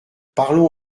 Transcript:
parlons